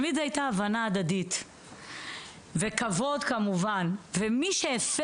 תמיד הייתה הבנה הדדית וכבוד כמובן ומי שהפר